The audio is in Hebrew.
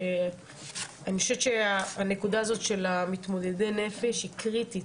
ואני חושבת שהנקודה הזאת של מתמודדי הנפש היא קריטית,